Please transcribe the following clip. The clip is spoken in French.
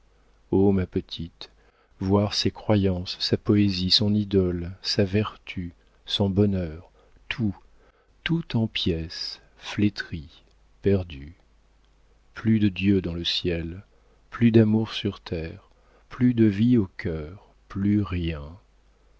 oh ma petite voir ses croyances sa poésie son idole sa vertu son bonheur tout tout en pièces flétri perdu plus de dieu dans le ciel plus d'amour sur terre plus de vie au cœur plus rien